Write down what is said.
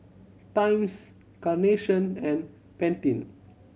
Times Carnation and Pantene